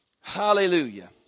Hallelujah